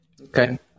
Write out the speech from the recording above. Okay